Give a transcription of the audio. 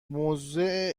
موضع